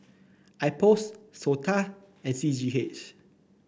IPOS SOTA and C G H